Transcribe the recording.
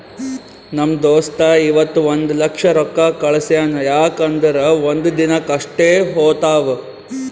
ನಮ್ ದೋಸ್ತ ಇವತ್ ಒಂದ್ ಲಕ್ಷ ರೊಕ್ಕಾ ಕಳ್ಸ್ಯಾನ್ ಯಾಕ್ ಅಂದುರ್ ಒಂದ್ ದಿನಕ್ ಅಷ್ಟೇ ಹೋತಾವ್